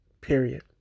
period